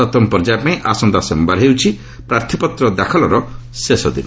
ସପ୍ତମ ପର୍ଯ୍ୟାୟ ପାଇଁ ଆସନ୍ତା ସୋମବାର ହେଉଛି ପ୍ରାର୍ଥୀପତ୍ର ଦାଖଲର ଶେଷ ଦିନ